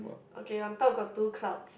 okay on top got two clouds